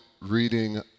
reading